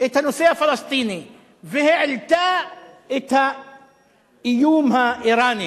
את הנושא הפלסטיני והעלתה את האיום האירני,